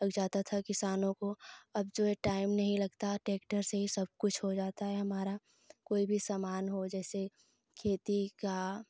लग जाता था किसानों को अब जो है टाइम नहीं लगता ट्रैक्टर से ही सब कुछ हो जाता है हमारा कोई भी सामान हो जैसे खेती का